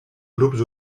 grups